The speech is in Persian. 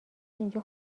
اینجا